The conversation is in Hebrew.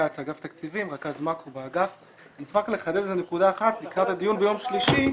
אני אשמח לחדד נקודה אחת לקראת הדיון ביום שלישי.